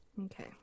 Okay